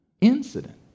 incident